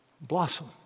Blossom